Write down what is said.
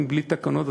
ובלי תקנות,